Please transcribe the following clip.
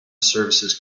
services